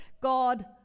God